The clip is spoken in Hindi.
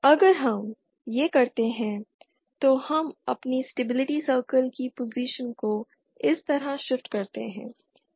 अगर हम यह करते हैं तो हम अपनी स्टेबिलिटी सर्किल की पोजीशन को इस तरह शिफ्ट करते हैं